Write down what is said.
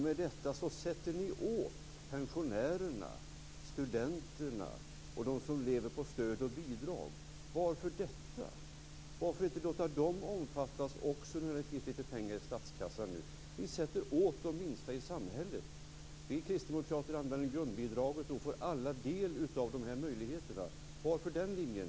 Med detta sätter ni åt pensionärerna, studenterna och dem som lever på stöd och bidrag. Varför gör ni detta? Varför låter ni inte också dem omfattas när det finns lite pengar i statskassan nu? Ni sätter åt de minsta i samhället. Vi kristdemokrater använder grundavdraget. Då får alla del av dessa möjligheter. Varför går inte ni på den linjen?